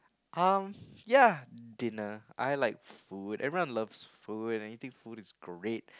um ya dinner I like food everyone loves food anything food is great